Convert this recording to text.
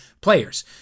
players